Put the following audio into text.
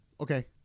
okay